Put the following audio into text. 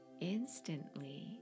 instantly